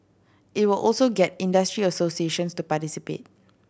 it will also get industry associations to participate